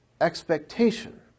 expectation